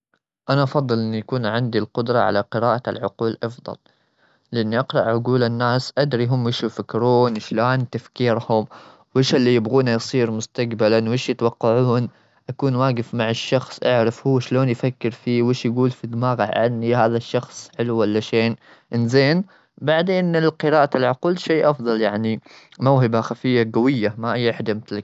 أنا أفضل إن يكون عندي القدرة على قراءة العقول، أفضل. لأني أقرأ عجول الناس، أدري هم وش يفكرون، شلون تفكيرهم؟ وأيش اللي يبغونه يصير مستقبلا؟ وش يتوقعون؟ أكون واقف مع الشخص، أعرف هو شلون يفكر فيه؟ وش يقول في دماغهعنى هذا الشخص؟ حلو ولا شين؟ إنزين! بعدين، لقراءة العقول شيء أفضل يعني، موهبة خفية قوية مع أي أحد يمتلك.